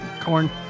Corn